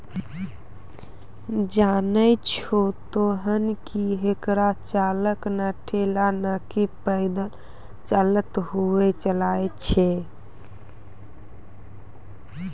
जानै छो तोहं कि हेकरा चालक नॅ ठेला नाकी पैदल चलतॅ हुअ चलाय छै